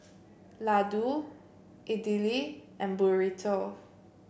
Ladoo Idili and Burrito